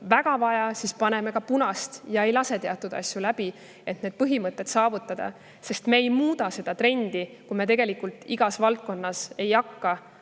väga vaja, siis paneme punast ega lase teatud asju läbi, et need põhimõtted saavutada. Sest me ei muuda seda trendi, kui me ei hakka igas valdkonnas